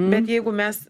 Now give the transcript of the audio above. bet jeigu mes